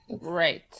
right